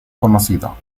conocido